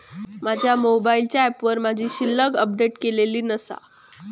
माझ्या मोबाईलच्या ऍपवर माझी शिल्लक अपडेट केलेली नसा